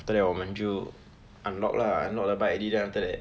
after that 我们就 unlock lah unlock the bike already then after that